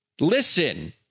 listen